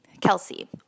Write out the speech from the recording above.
Kelsey